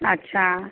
अच्छा